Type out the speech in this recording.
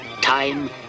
Time